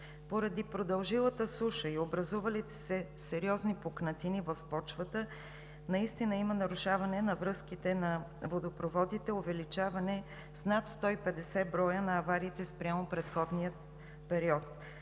Поради продължилата суша и образувалите се сериозни пукнатини в почвата наистина има нарушаване на връзките на водопроводите, увеличаване с над 150 на авариите спрямо предходния период.